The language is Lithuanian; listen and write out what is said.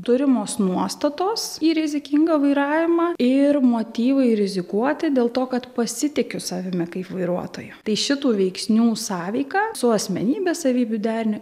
turimos nuostatos į rizikingą vairavimą ir motyvai rizikuoti dėl to kad pasitikiu savimi kaip vairuotoju tai šitų veiksnių sąveika su asmenybės savybių deriniu